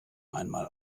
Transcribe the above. einmal